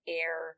air